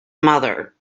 mother